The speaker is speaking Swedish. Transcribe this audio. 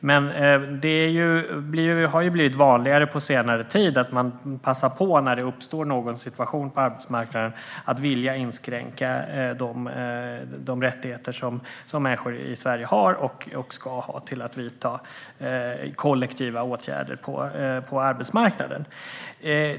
Men på senare tid har det blivit vanligare att man passar på när det uppstår någon situation på arbetsmarknaden och uttrycker en vilja att inskränka de rättigheter som människor i Sverige har och ska ha till att vidta kollektiva åtgärder på arbetsmarknaden.